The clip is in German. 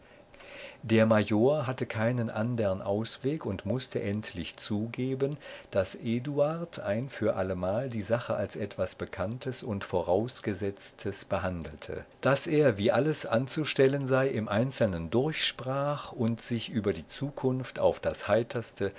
der major hatte keinen andern ausweg und mußte endlich zugeben daß eduard ein für allemal die sache als etwas bekanntes und vorausgesetztes behandelte daß er wie alles anzustellen sei im einzelnen durchsprach und sich über die zukunft auf das heiterste